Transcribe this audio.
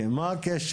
כן, מה הקשר?